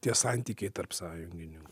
tie santykiai tarp sąjungininkų